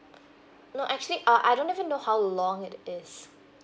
no actually uh I don't even know how long it is